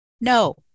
No